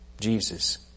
Jesus